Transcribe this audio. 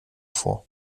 vor